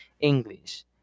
English